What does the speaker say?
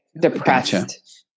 depressed